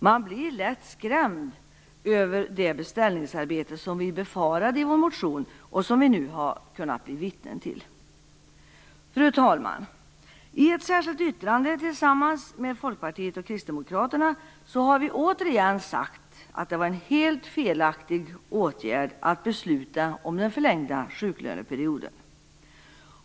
Man blir lätt skrämd över det beställningsarbete som vi befarade i vår motion och som vi nu har kunnat bli vittnen till. Fru talman! I ett särskilt yttrande tillsammans med Folkpartiet och Kristdemokraterna har vi återigen sagt att det var en helt felaktig åtgärd att besluta om den förlängda sjuklöneperioden.